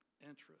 interest